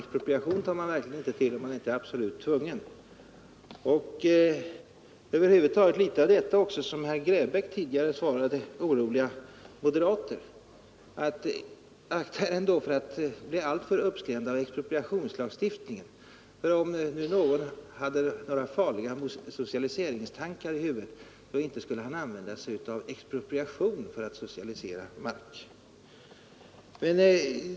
Expropriation tar man verkligen inte till om man inte är absolut tvungen. Jag kan över huvud taget instämma i detta som herr Grebäck tidigare svarade oroliga moderater: Akta er för att bli alltför uppskrämda av expropriationslagstiftningen. Om nu någon hade några farliga socialiseringstankar i huvudet, så inte skulle han använda sig av expropriation för att socialisera mark!